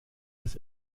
des